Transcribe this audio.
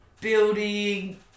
building